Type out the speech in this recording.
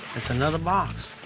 another box.